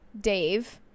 Dave